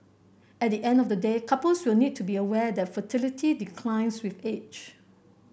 at the end of the day couples will need to be aware that fertility declines with age